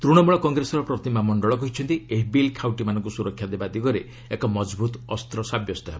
ତୃଶମୂଳ କଂଗ୍ରେସର ପ୍ରତିମା ମଣ୍ଡଳ କହିଛନ୍ତି ଏହି ବିଲ୍ ଖାଉଟିମାନଙ୍କୁ ସୁରକ୍ଷା ଦେବା ଦିଗରେ ଏକ ମଜବୂତ୍ ଅସ୍ତ ସାବ୍ୟସ୍ତ ହେବ